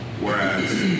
Whereas